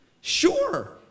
sure